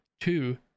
Two